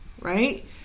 right